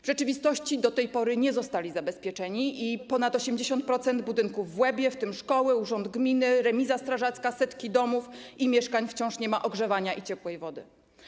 W rzeczywistości do tej pory nie zostali zabezpieczeni i ponad 80% budynków w Łebie, w tym szkoły, urząd gminy, remiza strażacka, setki domów i mieszkań, wciąż nie ma ogrzewania i ciepłej wody.